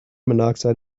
monoxide